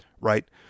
right